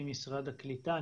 אני